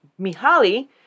Mihali